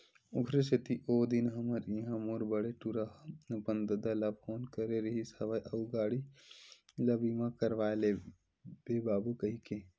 ओखरे सेती ओ दिन हमर इहाँ मोर बड़े टूरा ह अपन ददा ल फोन करे रिहिस हवय अउ गाड़ी ल बीमा करवा लेबे बाबू कहिके